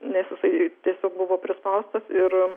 nes jisai tiesiog buvo prispaustas ir